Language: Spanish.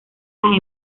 las